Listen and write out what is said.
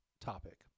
topic